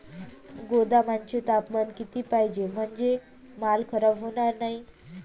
गोदामाचे तापमान किती पाहिजे? म्हणजे माल खराब होणार नाही?